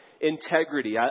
integrity